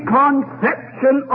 conception